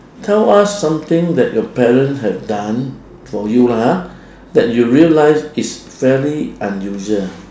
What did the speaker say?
tell us something that your parents have done for you lah ha that you realise is fairly unusual